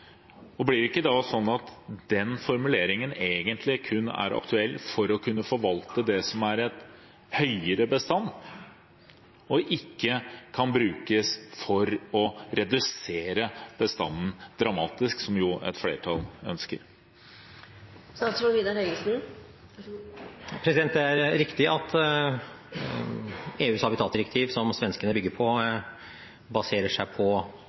svenske, blir det ikke da slik at den formuleringen egentlig kun er aktuell for å kunne forvalte en høyere bestand, og ikke kan brukes for å redusere bestanden dramatisk, som et flertall jo ønsker? Det er riktig at EUs habitatdirektiv, som svenskene bygger på, baserer seg på